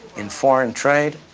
in foreign trade,